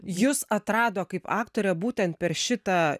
jus atrado kaip aktorę būtent per šitą